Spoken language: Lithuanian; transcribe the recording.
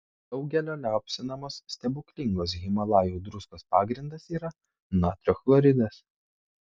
daugelio liaupsinamos stebuklingos himalajų druskos pagrindas yra natrio chloridas